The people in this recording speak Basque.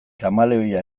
kameleoia